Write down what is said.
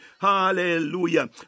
Hallelujah